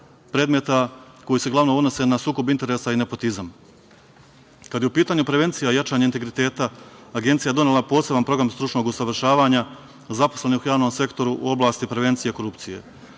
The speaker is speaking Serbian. predmeta koji se uglavnom odnose na sukob interesa i nepotizam. Kada je u pitanju prevencija jačanja integriteta, Agencija je donela poseban program stručnog usavršavanja zaposlenih u javnom sektoru u oblasti prevencije korupcije.U